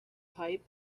pipe